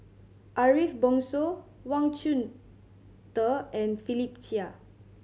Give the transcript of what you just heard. Ariff Bongso Wang Chunde and Philip Chia